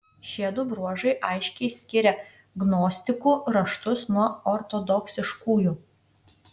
šiedu bruožai aiškiai skiria gnostikų raštus nuo ortodoksiškųjų